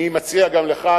אני מציע גם לך,